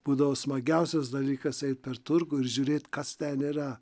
būdavo smagiausias dalykas eiti per turgų ir žiūrėti kas ten yra